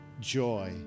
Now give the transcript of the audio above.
joy